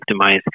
optimize